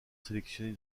sélectionné